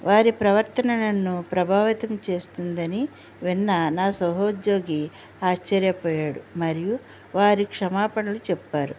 వారి ప్రవర్తన నన్ను ప్రభావితం చేస్తుందని విన్న నా సహోద్యోగి ఆశ్చర్యపోయాడు మరియు వారు క్షమాపణలు చెప్పారు